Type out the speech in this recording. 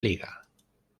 liga